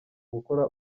gukora